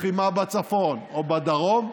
לחימה בצפון או בדרום,